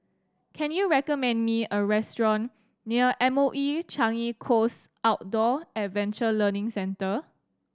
can you recommend me a restaurant near M O E Changi Coast Outdoor Adventure Learning Centre